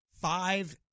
five